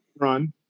Run